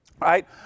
Right